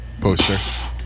poster